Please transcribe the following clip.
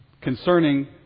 Concerning